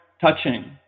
touching